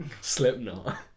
Slipknot